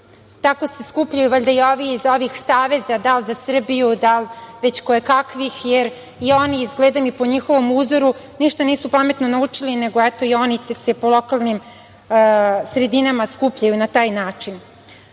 Tako se skupljaju i ovi iz ovih saveza, da li za Srbiju ili već kojekakvih, jer i oni, izgleda mi po njihovom uzoru, ništa nisu pametno naučili, nego se i oni po lokalnim sredinama skupljaju na taj način. Ono